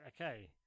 okay